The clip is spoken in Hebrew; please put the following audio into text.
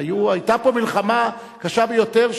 היתה פה מלחמה קשה ביותר,